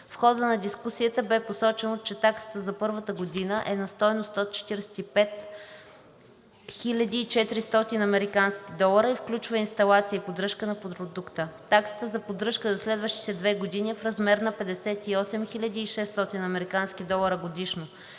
В хода на дискусията бе посочено, че таксата за първата година е на стойност 145 400 американски долара и включва инсталация и поддръжка на продукта. Таксата за поддръжка за следващите две години е в размер 58 600 американски долара годишно.